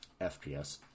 FPS